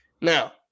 now